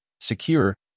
secure